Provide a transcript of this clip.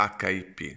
hip